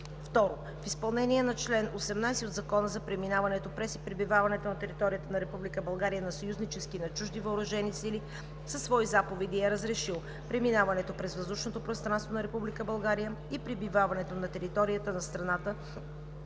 2. В изпълнение на чл. 18 от Закона за преминаването през и пребиваването на територията на Република България на съюзнически и на чужди въоръжени сили със свои заповеди е разрешил: 2.1. Преминаването през въздушното пространство на Република България и пребиваването на територията на страната